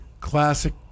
classic